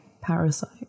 Parasite